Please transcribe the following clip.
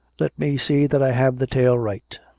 let me see that i have the tale right.